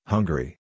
Hungary